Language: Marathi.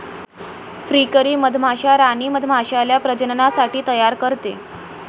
फ्रीकरी मधमाश्या राणी मधमाश्याला प्रजननासाठी तयार करते